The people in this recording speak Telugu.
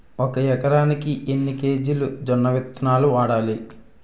ఒక ఎకరానికి ఎన్ని కేజీలు జొన్నవిత్తనాలు వాడాలి?